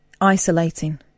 isolating